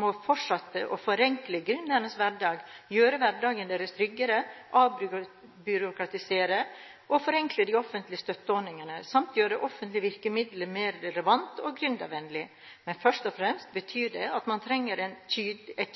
må fortsette å forenkle gründernes hverdag, gjøre hverdagen deres tryggere, avbyråkratisere og forenkle de offentlige støtteordningene, samt gjøre offentlige virkemidler mer relevante og gründervennlige. Men først og fremst betyr det at man trenger et